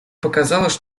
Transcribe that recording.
показалось